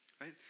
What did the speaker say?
Right